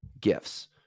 gifts